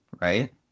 right